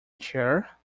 chair